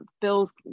bills